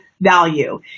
value